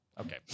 Okay